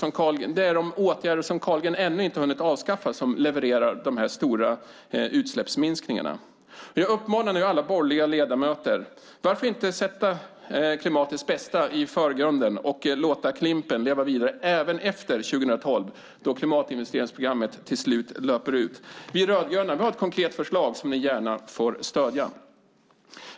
Det är åtgärder som Carlgren ännu inte hunnit avskaffa som levererar de stora utsläppsminskningarna. Jag uppmanar alla borgerliga ledamöter: Varför inte sätta klimatets bästa i förgrunden och låta Klimp:en leva vidare även efter 2012, då klimatinvesteringsprogrammet till slut löper ut? Vi rödgröna har ett konkret förslag som ni gärna får stödja.